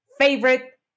favorite